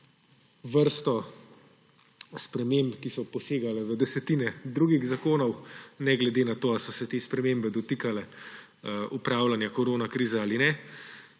vrsto sprememb, ki so posegale v desetine drugih zakonov, ne glede na to, ali so se te spremembe dotikale upravljanja korona krize ali ne.